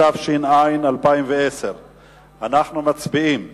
התש"ע 2010. אנחנו מצביעים